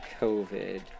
COVID